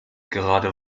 gerade